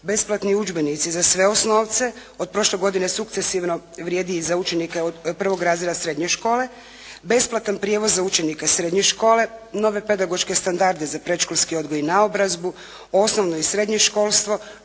Besplatni udžbenici za sve osnovce od prošle godine sukcesivno vrijedi i za učenike od prvog razreda srednje škole, besplatan prijevoz za učenike srednje škole, nove pedagoške standarde za predškolski odgoj i naobrazbu, osnovne i srednje školstvo,